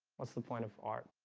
what's the point of art?